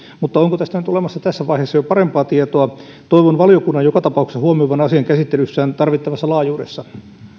mutta onko tästä nyt tässä vaiheessa jo olemassa parempaa tietoa toivon valiokunnan joka tapauksessa huomioivan asian käsittelyssään tarvittavassa laajuudessa